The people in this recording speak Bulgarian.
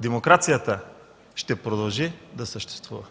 демокрацията ще продължи да съществува.